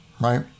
right